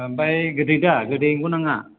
ओमफ्राय गोदै दा गोदै नंगौ ना नङा